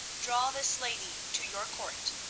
draw this lady to your court,